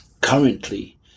currently